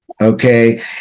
okay